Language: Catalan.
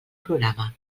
programa